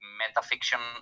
metafiction